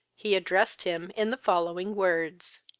he addressed him in the following words.